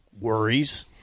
Worries